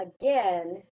again